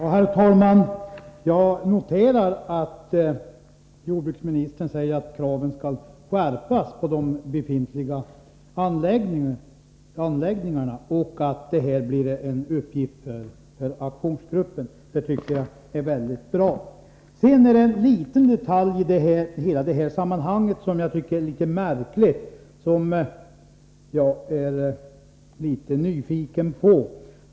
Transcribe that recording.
Herr talman! Jag noterar att jordbruksministern säger att kraven på de befintliga anläggningarna skall skärpas och att detta blir en uppgift för aktionsgruppen. Det tycker jag är bra. Det finns en detalj i sammanhanget som jag tycker är litet märklig och som jag är en aning nyfiken på.